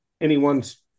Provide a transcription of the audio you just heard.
anyone's